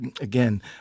again